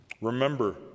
remember